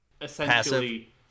essentially